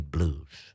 Blues